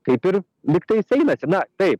kaip ir lygtais einasi na taip